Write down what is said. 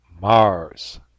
Mars